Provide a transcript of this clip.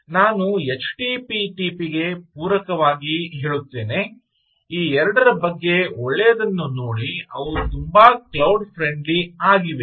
ನಾನು http ಗೆ ಪೂರಕವಾಗಿ ಹೇಳುತ್ತೇನೆ ಈ ಎರಡರ ಬಗ್ಗೆ ಒಳ್ಳೆಯದನ್ನು ನೋಡಿ ಅವು ತುಂಬಾ ಕ್ಲೌಡ್ ಫ್ರೆಂಡ್ಲಿ ಆಗಿವೆ